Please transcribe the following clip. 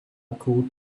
called